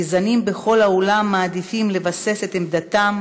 גזענים בכל העולם מעדיפים לבסס את עמדתם